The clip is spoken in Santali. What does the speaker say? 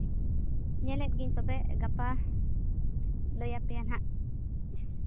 ᱧᱮᱞᱮᱫ ᱜᱤᱭᱟᱹᱧ ᱛᱚᱵᱮ ᱜᱟᱯᱟ ᱞᱟᱹᱭᱟᱯᱮᱭᱟ ᱦᱟᱸᱜ